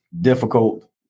difficult